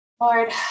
Lord